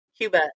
Cuba